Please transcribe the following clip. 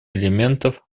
элементов